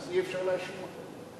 אז אי-אפשר להאשים אותו.